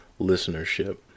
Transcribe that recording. listenership